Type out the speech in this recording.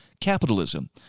capitalism